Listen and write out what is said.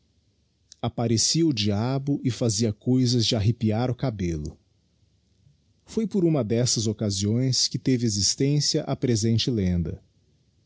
apparecia o diabo e fazia cousas de arripiar o cabello foi por uma dessas occasiões que teve existência a presente lenda